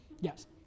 yes